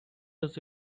does